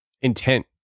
intent